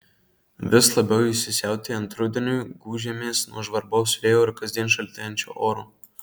vis labiau įsisiautėjant rudeniui gūžiamės nuo žvarbaus vėjo ir kasdien šaltėjančio oro